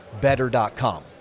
Better.com